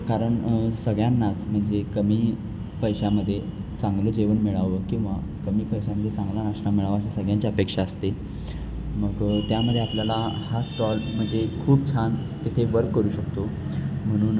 कारण सगळ्यांनाच म्हणजे कमी पैशामध्ये चांगलं जेवण मिळावं किंवा कमी पैशामध्ये चांगला नाश्ता मिळावा अशी सगळ्यांची अपेक्षा असते मग त्यामध्ये आपल्याला हा स्टॉल म्हणजे खूप छान तिथे वर्क करू शकतो म्हणून